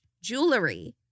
jewelry